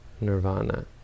Nirvana